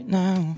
now